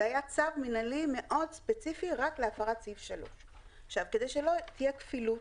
זה היה צו מינהלי מאוד ספציפי רק להפרת סעיף 3. כדי שלא תהיה כפילות,